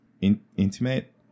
intimate